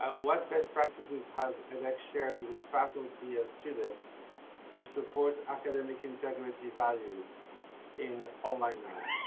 ah what best practices has edx shared with faculty and students to support academic integrity values in online learning?